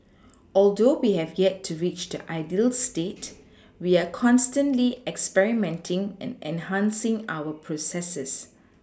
although we have yet to reach the ideal state we are constantly experimenting and enhancing our processes